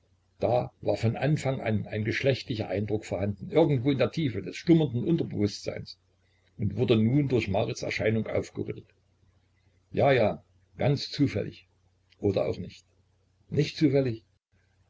da war von anfang an ein geschlechtlicher eindruck vorhanden irgendwo in der tiefe des schlummernden unterbewußtseins und wurde nun durch marits erscheinung aufgerüttelt ja ja ganz zufällig oder auch nicht nicht zufällig